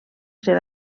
ser